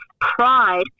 pride